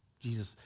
Jesus